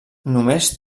només